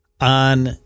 on